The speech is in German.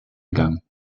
gang